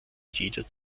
jede